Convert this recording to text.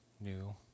new